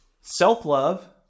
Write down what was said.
self-love